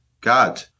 God